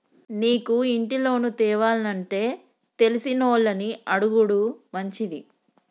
నీకు ఇంటి లోను తేవానంటే తెలిసినోళ్లని అడుగుడు మంచిది